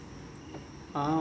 oh